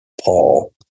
Paul